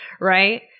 Right